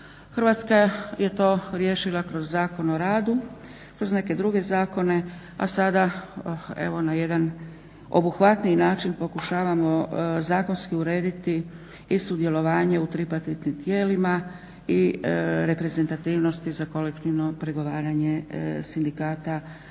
Hrvatska je to riješila kroz Zakon o radu, kroz neke druge zakone, a sada evo na jedan obuhvatniji način pokušavamo zakonski urediti i sudjelovanje u tripartitnim tijelima i reprezentativnosti za kolektivno pregovaranje sindikata i